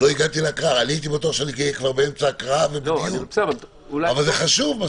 הייתי בטוח שנהיה באמצע ההקראה, אבל זה חשוב.